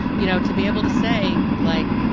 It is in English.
you know, to be able to say like,